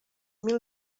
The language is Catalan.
mil